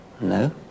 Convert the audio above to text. No